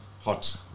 hot